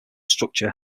structure